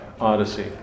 Odyssey